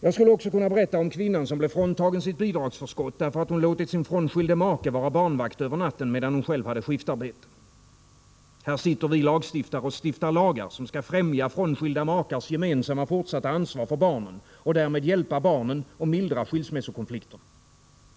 Jag skulle också kunna berätta om kvinnan som blev fråntagen sitt bidragsförskott, därför att hon låtit sin frånskilde make vara barnvakt över natten, medan hon själv hade skiftarbete. Här sitter vi lagstiftare och stiftar lagar som skall främja frånskilda makars gemensamma fortsatta ansvar för barnen och därmed hjälpa barnen och mildra skilsmässokonflikterna.